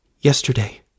Yesterday